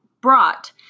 brought